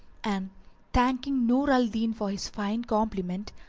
and thanking nur al-din for his fine compliment,